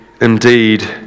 indeed